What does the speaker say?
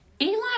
Elon